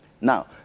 Now